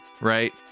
right